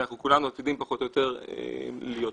אנחנו כולנו עתידים פחות או יותר להיות שם.